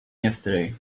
yesterday